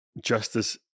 justice